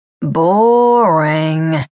Boring